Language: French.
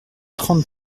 trente